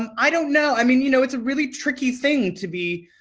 um i don't know. i mean, you know, it's a really tricky thing to be